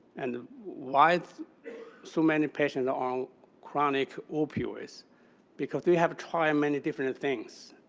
and why so many patients are on chronic opioids because we have tried many different and things,